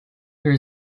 there